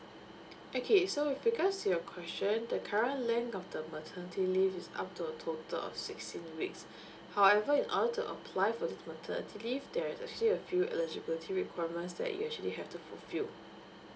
okay so with regards to your question the current length of the maternity leave is up to total of sixteen weeks however in order to apply for the maternity leave there is actually a few eligibility requirements that you actually have to fulfil